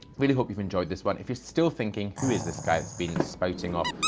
really hope you've enjoyed this one. if you're still thinking, who is this guy that's been spouting off?